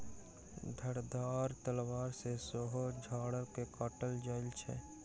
धारदार तलवार सॅ सेहो झाइड़ के काटल जाइत छै